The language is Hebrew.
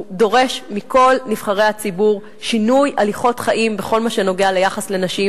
הוא דורש מכל נבחרי הציבור שינוי הליכות חיים בכל מה שנוגע לנשים,